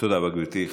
תודה רבה, גברתי.